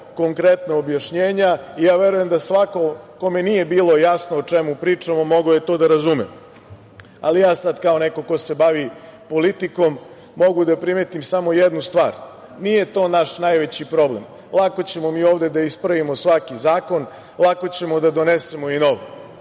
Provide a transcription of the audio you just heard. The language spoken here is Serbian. konkretna objašnjenja i verujem da svako kome nije bilo jasno o čemu pričamo, mogao je to da razume, ali ja sada kao neko ko se bavi politikom mogu da primetim samo jednu stvar. Nije to naš najveći problem, lako ćemo mi ovde da ispravimo svaki zakon, lako ćemo da donesemo i nov.